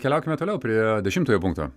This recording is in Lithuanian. keliaukime toliau prie dešimtojo punkto